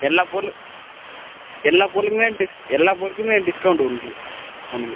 எல்லா பொருள் எல்லா பொருளுக்குமே டிஸ் எல்லா பொருளுக்குமே டிஸ்கௌண்ட் உண்டு உங்களுக்கு